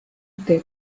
teeb